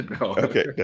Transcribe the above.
Okay